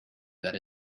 that